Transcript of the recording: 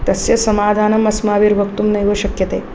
तस्य समाधानम् अस्माभिर्वक्तुं नैव शक्यते